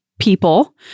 people